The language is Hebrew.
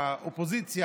באופוזיציה,